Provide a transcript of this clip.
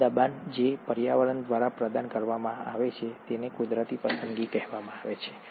આ દબાણ જે પર્યાવરણ દ્વારા પ્રદાન કરવામાં આવે છે તેને કુદરતી પસંદગી કહેવામાં આવે છે